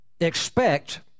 Expect